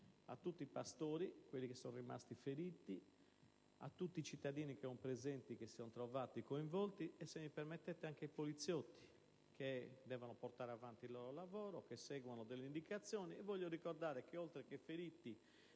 a tutti i pastori che sono rimasti feriti, a tutti i cittadini che erano presenti che si sono trovati coinvolti e, se mi permettete, anche ai poliziotti che devono portare avanti il proprio lavoro e seguire delle indicazioni. Voglio ricordare che, oltre ai feriti